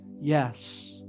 Yes